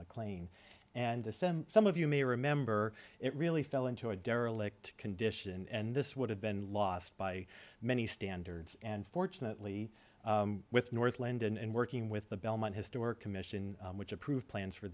mclean and to send some of you may remember it really fell into a derelict condition and this would have been lost by many standards and fortunately with northland and working with the bellman historic commission which approved plans for